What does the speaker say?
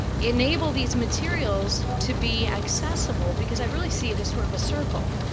enable these materials to be accessible. because i really see it as sort of a circle.